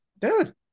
Dude